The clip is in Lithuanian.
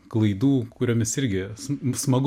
klaidų kuriomis irgi s smagu